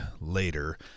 later